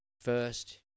first